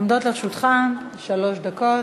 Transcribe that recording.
עומדות לרשותך שלוש דקות.